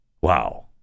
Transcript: Wow